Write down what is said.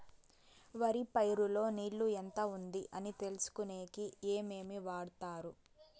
వరి పైరు లో నీళ్లు ఎంత ఉంది అని తెలుసుకునేకి ఏమేమి వాడతారు?